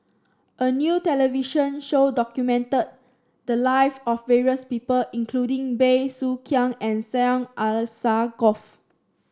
a new television show documented the live of various people including Bey Soo Khiang and Syed Alsagoff